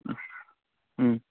ம் ம்